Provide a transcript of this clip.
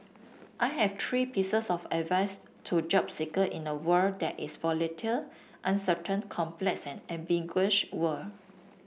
I have three pieces of advice to job seeker in a world that is volatile uncertain complex and ambiguous world